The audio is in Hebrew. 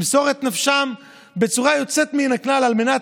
למסור את נפשן בצורה יוצאת מן הכלל על מנת